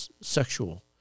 sexual